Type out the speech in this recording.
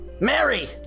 Mary